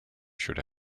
should